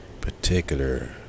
particular